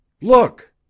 Look